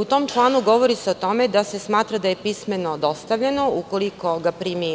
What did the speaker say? U tom članu se govori o tome da se smatra da je pismeno dostavljeno ukoliko ga primi